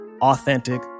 authentic